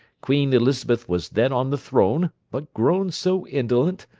queen elizabeth was then on the throne, but grown so indolent,